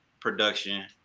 Production